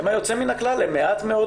הם היוצאים מן הכלל.